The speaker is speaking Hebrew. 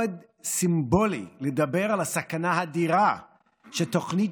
מאוד סימבולי לדבר על הסכנה האדירה שתוכנית